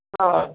ಹಾಂ ಓಕೆ